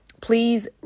Please